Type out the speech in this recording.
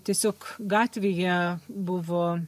tiesiog gatvėje buvo